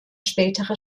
spätere